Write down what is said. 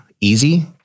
easy